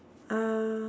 uh